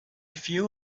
feel